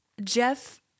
Jeff